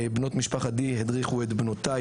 בנות משפחת די הדריכו את בנותיי.